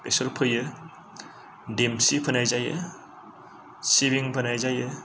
बेसर फोयो देमसि फोनाय जायो सिबिं फोनाय जायो